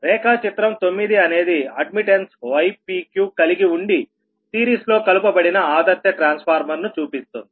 రేఖాచిత్రం 9 అనేది అడ్మిట్టన్స్ ypqకలిగి ఉండి సిరీస్ లో కలుపబడిన ఆదర్శ ట్రాన్స్ఫార్మర్ ను చూపిస్తుంది